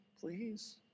Please